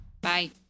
Bye